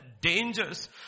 dangers